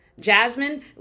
Jasmine